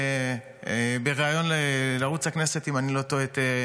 אם אני לא טועה,